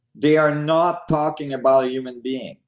they are not talking about a human being.